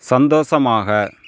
சந்தோஷமாக